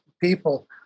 people